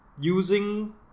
using